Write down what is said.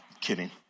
Kidding